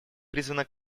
призвана